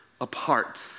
apart